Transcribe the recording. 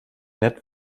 nett